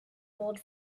bold